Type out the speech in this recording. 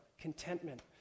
contentment